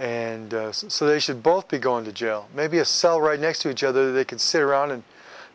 and so they should both be going to jail maybe a cell right next to each other they can sit around and